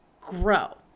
grow